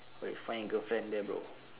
[what] find girlfriend there bro